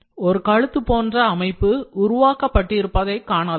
இங்கே கழுத்து போன்ற ஒரு அமைப்பு உருவாக்கப்பட்டிருப்பதை காணலாம்